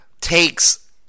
takes